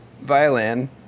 violin